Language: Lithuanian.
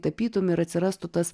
tapytum ir atsirastų tas